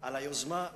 על היוזמה.